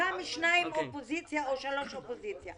מתוכם שניים או שלושה אופוזיציה.